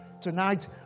Tonight